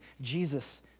Jesus